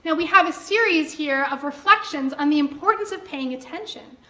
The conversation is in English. yeah we have a series here of reflections on the importance of paying attention,